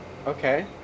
Okay